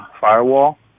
firewall